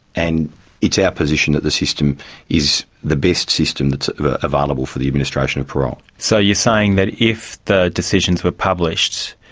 and it's our position that the system is the best system that's available for the administration of parole. so you're saying that if the decisions were published,